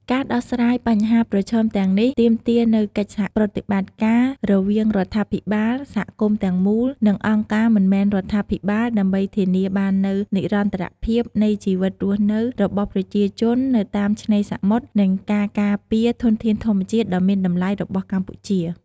ការដោះស្រាយបញ្ហាប្រឈមទាំងនេះទាមទារនូវកិច្ចសហប្រតិបត្តិការរវាងរដ្ឋាភិបាល សហគមន៍មូលដ្ឋាន និងអង្គការមិនមែនរដ្ឋាភិបាល ដើម្បីធានាបាននូវនិរន្តរភាពនៃជីវភាពរស់នៅរបស់ប្រជាជននៅតាមឆ្នេរសមុទ្រ និងការការពារធនធានធម្មជាតិដ៏មានតម្លៃរបស់កម្ពុជា។